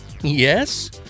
Yes